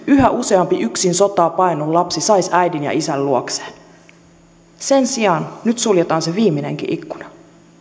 yhä useampi yksin sotaa paennut lapsi saisi äidin ja isän luokseen sen sijaan nyt suljetaan se viimeinenkin ikkuna